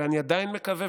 ואני עדיין מקווה,